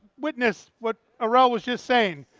witness what arel was just saying.